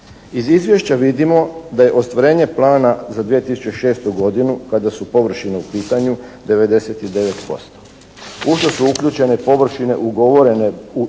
Iz izvješća vidimo da je ostvarenje plana za 2006. godinu kada su površine u pitanju 99%. U to su uključene površine ugovorene tijekom